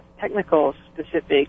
technical-specific